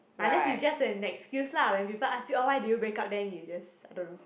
unless is just an excuse lah when people ask you oh why did you break up then you just I don't know